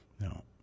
No